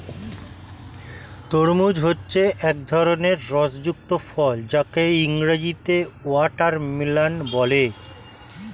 তরমুজ হচ্ছে এক ধরনের রস যুক্ত ফল যাকে ইংরেজিতে ওয়াটারমেলান বলে